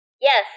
Yes